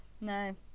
No